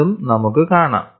അതും നമുക്ക് കാണാം